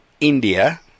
India